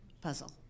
puzzle